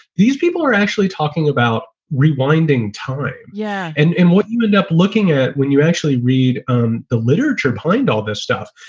these people are actually talking about rewinding time. yeah. and and what you end up looking at when you actually read um the literature, play and all this stuff,